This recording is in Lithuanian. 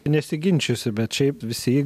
nesiginčysiu bet šiaip visi